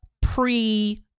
pre